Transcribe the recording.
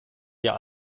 wir